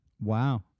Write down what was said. Wow